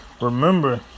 Remember